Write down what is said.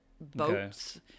boats